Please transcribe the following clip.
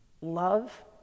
love